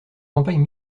campagnes